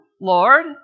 Lord